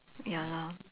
ya lor